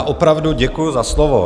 Opravdu děkuji za slovo.